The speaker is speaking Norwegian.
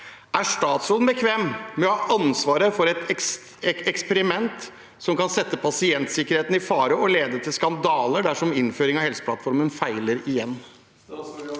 Er statsråden bekvem med å ha ansvaret for et eksperiment som kan sette pasientsikkerheten i fare og lede til skandaler dersom innføring av Helseplattformen feiler igjen?»